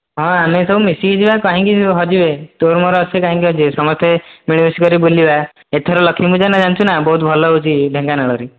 ହଁ ଆମେ ସବୁ ମିଶିକି ଯିବା କାହିଁକି ହଜିବେ ତୋର ମୋର ଅଛେ କାହିଁକି ହଜିବେ ସମସ୍ତେ ମିଳିମିଶି କରି ବୁଲିବା ଏଥର ଲକ୍ଷ୍ମୀ ପୂଜା ନା ଜାଣିଛୁ ନା ବହୁତ ଭଲ ହେଉଛି ଢେଙ୍କାନାଳରେ